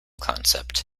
concept